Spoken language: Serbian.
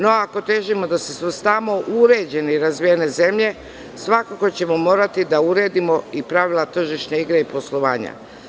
No, ako težimo da se svrstamo u uređene i razvijene zemlje, svakako ćemo morati da uredimo pravila tržišne igre u poslovanju.